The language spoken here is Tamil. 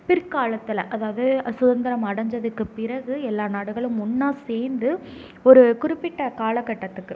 பிற்காலத்தில் அதாவது சுதந்திரம் அடஞ்சதுக்கு பிறகு எல்லா நாடுகளும் ஒன்றா சேர்ந்து ஒரு குறிப்பிட்ட காலகட்டத்துக்கு